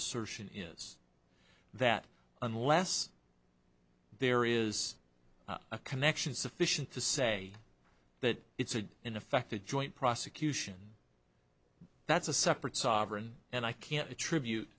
assertion is that unless there is a connection sufficient to say that it's a in effect a joint prosecution that's a separate sovereign and i can't attribute